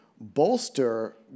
bolster